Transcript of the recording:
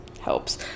Helps